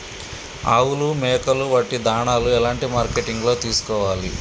ఆవులు మేకలు వాటి దాణాలు ఎలాంటి మార్కెటింగ్ లో తీసుకోవాలి?